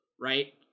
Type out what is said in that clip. right